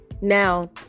now